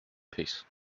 peace